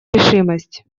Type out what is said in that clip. решимость